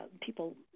people